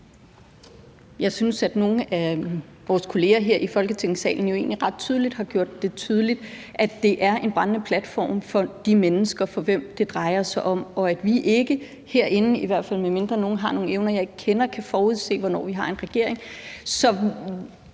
Jeg synes, at nogle af vores kolleger her i Folketingssalen egentlig ret tydeligt har påvist, at det er en brændende platform for de mennesker, som det drejer sig om. Og vi herinde kan ikke forudse – i hvert fald medmindre nogen har nogle evner, jeg ikke kender til – hvornår vi har en regering.